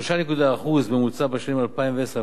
3.1% בממוצע בשנים 2009 2010,